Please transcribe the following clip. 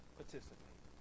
participate